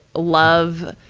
love,